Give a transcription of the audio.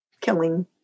killing